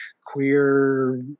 queer